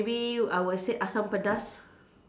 maybe I will say Asam-Pedas